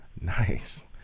Nice